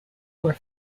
were